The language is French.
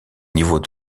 niveaux